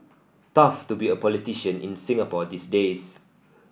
tough to be a politician in Singapore these days